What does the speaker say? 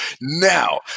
Now